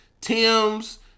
Tim's